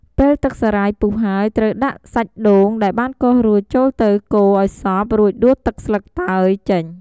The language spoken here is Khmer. ពេលទឹកសារាយពុះហើយ ត្រូវដាក់សាច់ដូងដែលបានកោសរួចចូលទៅកូរឱ្យសព្វ រួចដួសទឹកស្លឹកតើយចេញ។